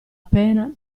pena